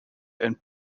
and